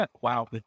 wow